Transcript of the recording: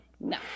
No